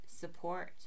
support